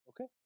okay